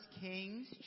Kings